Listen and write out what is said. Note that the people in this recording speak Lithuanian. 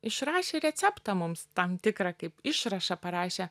išrašė receptą mums tam tikrą kaip išrašą parašė